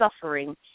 suffering